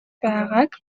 байгааг